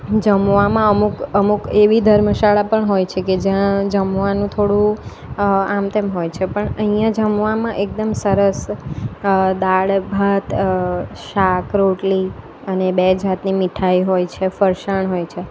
જમવામાં અમુક અમુક એવી ધર્મશાળા પણ હોય છે કે જ્યાં જમવાનું થોડું આમ તેમ હોય છે પણ અહીંયા જમવામાં એકદમ સરસ દાળ ભાત શાક રોટલી અને બે જાતની મીઠાઈ હોય છે ફરસાણ હોય છે